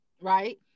right